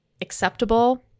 acceptable